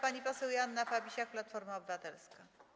Pani poseł Joanna Fabisiak, Platforma Obywatelska.